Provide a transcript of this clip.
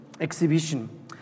exhibition